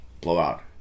Blowout